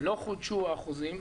לא חודשו החוזים,